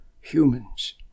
humans